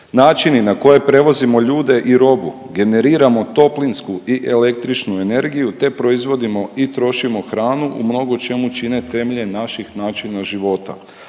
Načini na koje prevozimo ljude i robu generiramo toplinsku i električnu energiju, te proizvodimo i trošim hranu u mnogo čemu čine temelje naših načina života.